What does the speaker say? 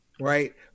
Right